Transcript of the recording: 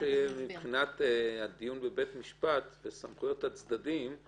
האם מבחינת הדיון בבית משפט וסמכויות הצדדים,